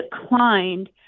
declined